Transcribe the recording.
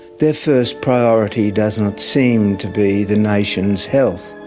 their first priority does not seem to be the nation's health.